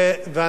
למשל,